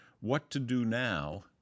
what-to-do-now